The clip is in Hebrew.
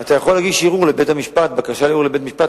אתה יכול להגיש ערעור לבית-המשפט בגין ההוצאות.